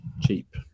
cheap